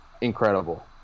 Incredible